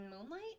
Moonlight